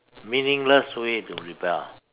meaningless way to rebel